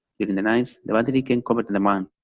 during the nights, the battery can cover the demand.